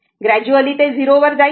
तर ग्रॅज्युअली ते 0 वर जाईल